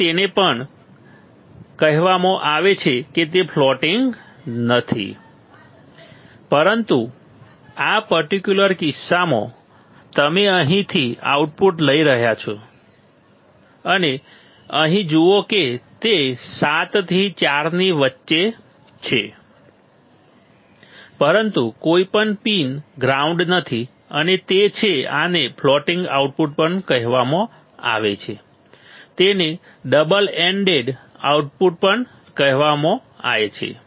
તેથી તેને પણ કહેવામાં આવે છે કે તે ફ્લોટિંગ નથી પરંતુ આ પર્ટિક્યુલર કિસ્સામાં તમે અહીંથી આઉટપુટ લઈ રહ્યા છો અને અહીં જુઓ કે તે 7 થી 4 ની વચ્ચે છે પરંતુ કોઈ પણ પિન ગ્રાઉન્ડ નથી અને તે છે આને ફ્લોટિંગ આઉટપુટ પણ કહેવામાં આવે છે તેને ડબલ એન્ડેડ આઉટપુટ પણ કહેવાય છે